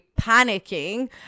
panicking